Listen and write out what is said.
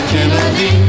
Kennedy